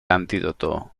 antídoto